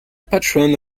patron